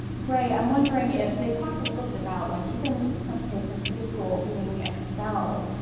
ray, i'm wondering if, they talked a little bit about like even some kids in preschool being expelled'